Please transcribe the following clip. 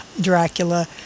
Dracula